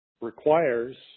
requires